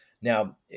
now